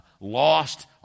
lost